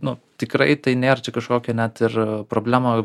nu tikrai tai nėr čia kažkokia net ir problema